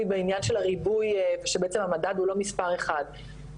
בעניין של הריבוי ושבעצם המדד הוא לא מספר אחד.